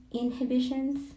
inhibitions